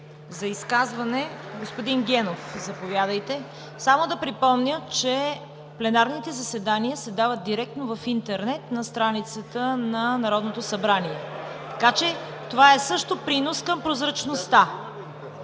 За изказване – господин Генов. Само да припомня, че пленарните заседания се дават директно в интернет на страницата на Народното събрание, така че това е също принос към прозрачността.